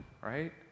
right